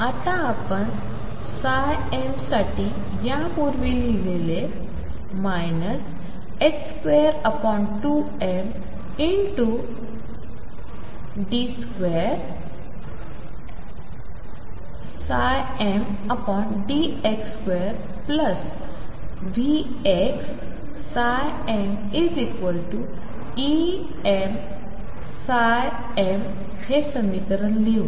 आता आपण m साठी यापूर्वी लिहिलेले earlier 22md2mdx2VxmEmm हे समीकरण लिहू